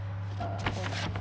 err